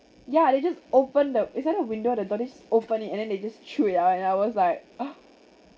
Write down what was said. ya they just open the it's like a window the door this open it and then they just threw it out and I was like oh